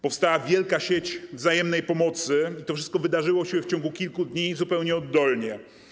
Powstała wielka sieć wzajemnej pomocy i to wszystko wydarzyło się w ciągu kilku dni zupełnie oddolnie.